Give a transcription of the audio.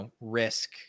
risk